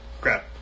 Crap